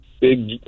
big